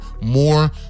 more